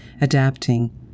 adapting